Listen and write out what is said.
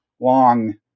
long